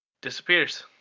disappears